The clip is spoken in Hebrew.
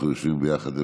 אנחנו יושבים ביחד לפעמים,